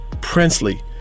Princely